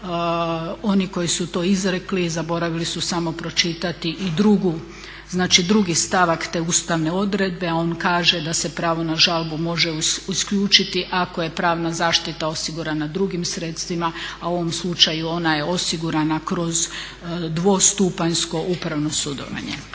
Oni koji su to izrekli zaboravili su samo pročitati i drugu, znači drugi stavak te ustavne odredbe, a on kaže da se pravo na žalbu može isključiti ako je pravna zaštita osigurana drugim sredstvima, a u ovom slučaju ona je osigurana kroz dvostupanjsko upravno sudovanje.